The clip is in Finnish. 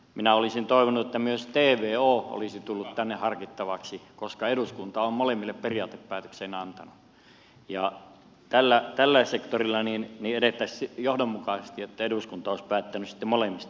minä olisin toivonut että myös tvo olisi tullut tänne harkittavaksi koska eduskunta on molemmille periaatepäätöksen antanut ja että tällä sektorilla edettäisiin johdonmukaisesti ja eduskunta olisi päättänyt sitten molemmista